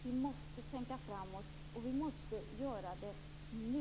Vi måste tänka framåt, och vi måste göra det nu.